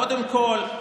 קודם כול,